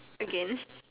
again